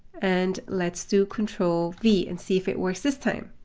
and let's do control v and see if it works this time.